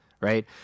right